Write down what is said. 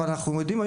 אבל אנחנו יודעים,